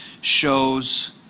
shows